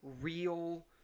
real